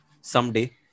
someday